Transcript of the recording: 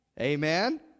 Amen